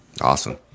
Awesome